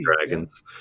Dragons